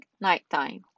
nighttime